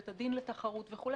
בית הדין לתחרות וכו',